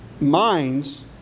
minds